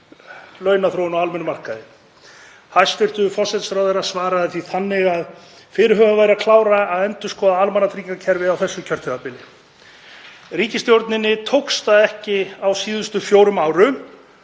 launaþróun á almennum markaði. Hæstv. forsætisráðherra svaraði því þannig að fyrirhugað væri að klára að endurskoða almannatryggingakerfið á þessu kjörtímabili. Ríkisstjórninni tókst það ekki á síðustu fjórum árum